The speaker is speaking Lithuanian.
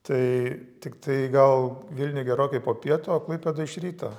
tai tiktai gal vilniuj gerokai popiet o klaipėdoj iš ryto